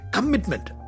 Commitment